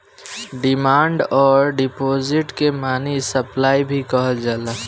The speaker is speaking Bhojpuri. डिमांड अउर डिपॉजिट के मनी सप्लाई भी कहल जाला